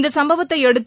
இந்த சம்பவத்தையடுத்து